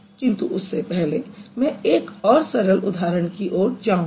किंतु उससे पहले मैं एक और सरल उदाहरण की ओर जाऊँगी